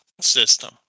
system